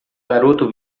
garoto